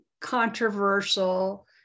controversial